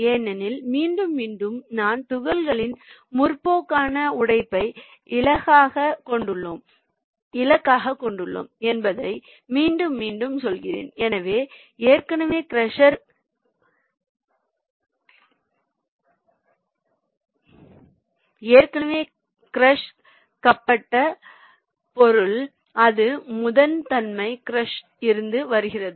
ஏனெனில் மீண்டும் மீண்டும் நான் துகள்களின் முற்போக்கான உடைப்பை இலக்காகக் கொண்டுள்ளோம் என்பதை மீண்டும் மீண்டும் சொல்கிறேன் அவை ஏற்கனவே க்ரஷ் கப்பட்ட பொருள் அது முதன்மை க்ரஷர் இருந்து வருகிறது